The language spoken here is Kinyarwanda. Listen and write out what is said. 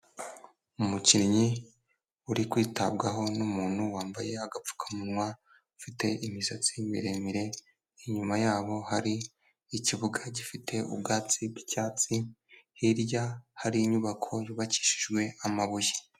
Umukinnyi uri kwitabwaho n'umuntu wambaye agapfukamunwa ufite imisatsi miremire inyuma yabo hari ikibuga gifite ubwatsi bw'icyatsi hirya hari inyubako yubakishijwe amabuye.